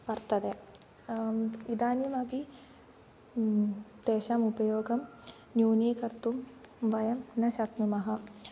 वर्तते इदानीमपि तेषाम् उपयोगं न्यूनीकर्तुं वयं न शक्नुमः